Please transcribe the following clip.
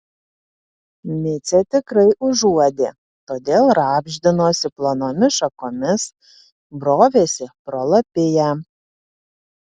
micė tikrai užuodė todėl rabždinosi plonomis šakomis brovėsi pro lapiją